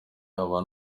aba